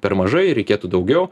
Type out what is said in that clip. per mažai reikėtų daugiau